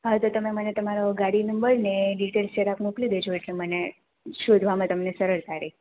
હા તો તમે મને તમારો ગાડી નંબર ને ડિટેલ્સ જરાક મોકલી દેજો એટલે મને શોધવામાં તમને સરળતા રહે